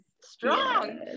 strong